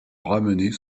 ramener